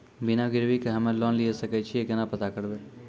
बिना गिरवी के हम्मय लोन लिये सके छियै केना पता करबै?